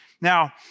Now